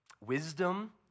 wisdom